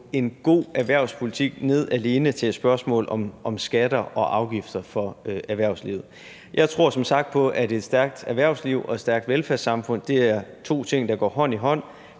en god erhvervspolitik ned til alene et spørgsmål om skatter og afgifter for erhvervslivet. Jeg tror som sagt på, at et stærkt erhvervsliv og et stærkt velfærdssamfund er to ting, der går hånd i hånd